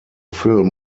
film